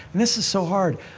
this is so hard.